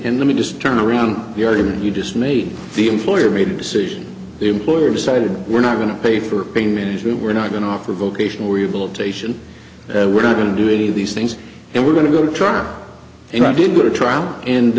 and to me just turn around the argument you just made the employer made a decision the employer decided we're not going to pay for pain management we're not going to offer vocational rehabilitation and we're not going to do any of these things and we're going to go to trial and i didn't go to trial